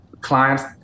clients